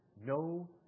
no